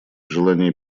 желание